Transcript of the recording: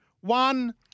one